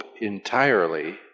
entirely